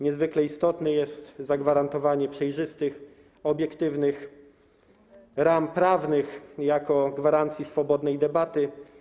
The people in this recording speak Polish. Niezwykle istotne jest zagwarantowanie przejrzystych, obiektywnych ram prawnych jako gwarancji swobodnej debaty.